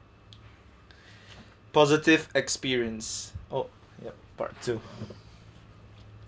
positive experience oh ya part two